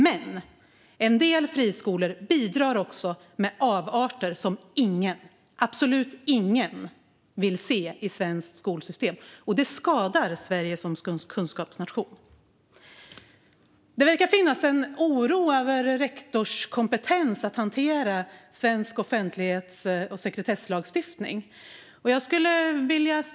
Men en del friskolor bidrar också med avarter som ingen, absolut ingen, vill se i det svenska skolsystemet. Det skadar Sverige som kunskapsnation. Det verkar finnas en oro över rektorers kompetens att hantera svensk offentlighets och sekretesslagstiftning.